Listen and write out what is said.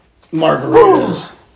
margaritas